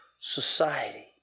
society